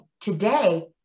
today